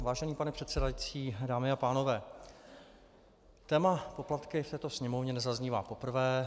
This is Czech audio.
Vážený pane předsedající, dámy a pánové, téma poplatky v této Sněmovně nezaznívá poprvé.